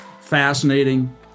fascinating